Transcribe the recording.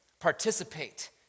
participate